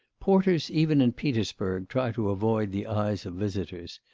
porters even in petersburg try to avoid the eyes of visitors,